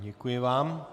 Děkuji vám.